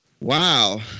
wow